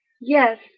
Yes